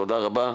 תודה רבה.